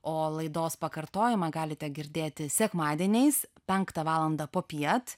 o laidos pakartojimą galite girdėti sekmadieniais penktą valandą popiet